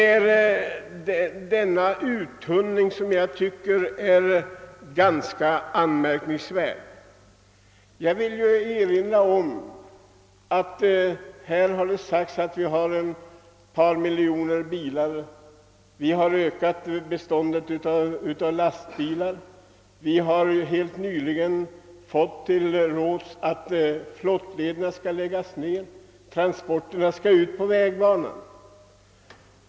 Denna skillnad är ganska anmärkningsvärd. Det har sagts att vi har ett par miljoner bilar. Vi har ökat beståndet av lastbilar. Vi har helt nyligen fått höra att flottlederna skall läggas ned, transporterna skall ut på vägbanan.